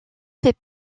fait